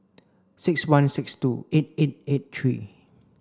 six one six two eight eight eight three